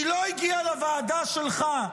היא לא הגיעה לוועדה שלך,